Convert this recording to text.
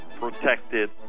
protected